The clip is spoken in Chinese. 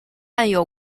占有